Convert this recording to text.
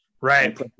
right